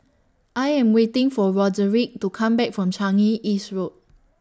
I Am waiting For Roderick to Come Back from Changi East Road